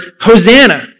Hosanna